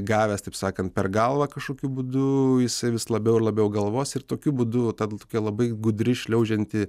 gavęs taip sakant per galvą kažkokiu būdu jisai vis labiau ir labiau galvos ir tokiu būdu ta tokia labai gudri šliaužianti